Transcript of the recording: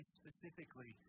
specifically